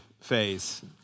phase